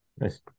Nice